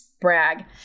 brag